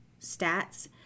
stats